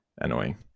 annoying